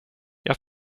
jag